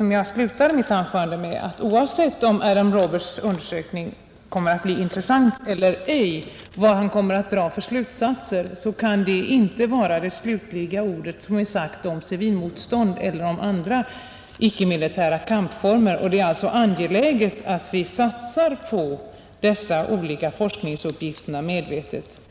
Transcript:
vad jag slutade mitt förra anförande med, nämligen att oavsett om Adam Roberts” undersökning kommer att bli intressant eller ej och oavsett vad han kommer att dra för slutsatser, kan det inte betyda att det sista ordet är sagt om civilmotstånd eller andra icke-militära kampformer. Det är alltså angeläget att vi medvetet satsar på dessa olika forskningsuppgifter.